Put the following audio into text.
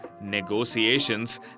negotiations